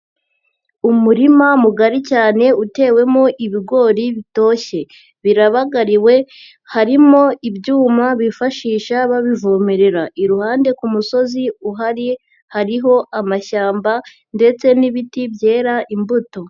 Umurima mugari cyane utewemo ibigori bitoshye. Biragariwe, harimo ibyuma bifashisha babivomerera, iruhande ku musozi uhari hariho amashyamba ndetse n'ibiti byera imbuto.